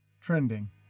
Trending